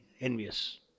envious